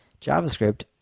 JavaScript